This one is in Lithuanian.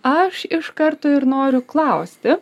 aš iš karto ir noriu klausti